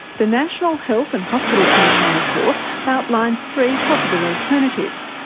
the national health and hospital commission report outlines three possible alternatives,